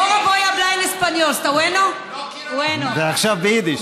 (אומרת דברים בלדינו.) ועכשיו ביידיש.